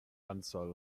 anzahl